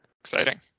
exciting